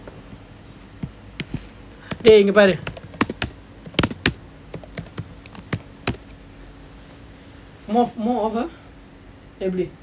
eh இங்க பாரு:inga paaru more moreover எப்படி:eppadi